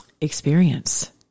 experience